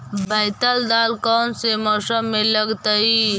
बैतल दाल कौन से मौसम में लगतैई?